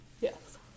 Yes